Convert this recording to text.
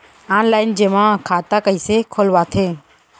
Online जेमा खाता कइसे खोलवाथे?